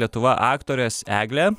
lietuva aktorės eglė